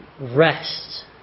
rest